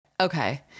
Okay